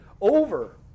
over